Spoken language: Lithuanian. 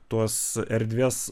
tuos erdvės